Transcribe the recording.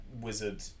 wizard